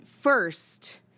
First